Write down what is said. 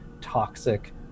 toxic